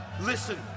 listen